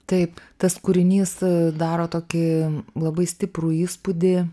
taip tas kūrinys daro tokį labai stiprų įspūdį